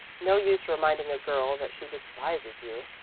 no use reminding a girl that she despises you!